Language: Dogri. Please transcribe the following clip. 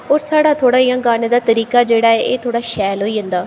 और साढ़ा थोह्ड़ा इ'यां गाने दा तरीका जेह्ड़ा ऐ एह् थोह्ड़ा शैल होई जंदा